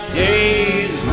days